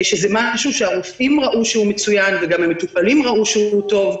שזה משהו שהרופאים ראו שהוא מצוין וגם המטופלים ראו שהוא טוב,